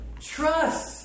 Trust